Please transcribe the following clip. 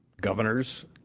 governors